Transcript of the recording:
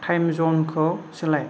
time जनखौ सोलाय